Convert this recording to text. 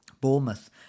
Bournemouth